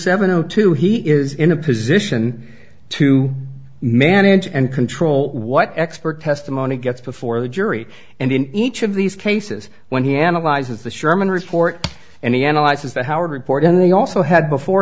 seven o two he is in a position to manage and control what expert testimony gets before the jury and in each of these cases when he analyzes the sherman report and he analyzes that howard report in the also had before